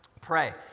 Pray